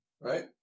Right